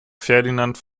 ferdinand